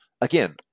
Again